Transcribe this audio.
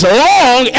long